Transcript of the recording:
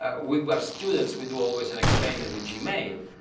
ah with our students, we do always an experiment with gmail.